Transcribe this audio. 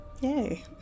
Yay